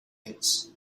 pits